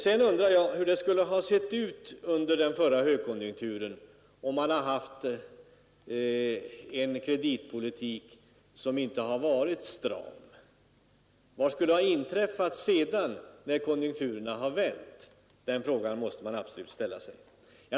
Jag undrar hur det skulle ha sett ut under den förra högkonjunkturen, om man haft en kreditpolitik som inte varit stram. Vad skulle ha inträffat efter det att konjunkturen vänt? Det är en fråga som man absolut måste ha rätt att ställa!